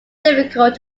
difficult